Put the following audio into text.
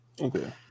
Okay